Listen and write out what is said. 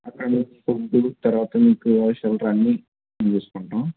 accommodation food తర్వాత మీకు shelter అన్నీ మేము చూసుకుంటాం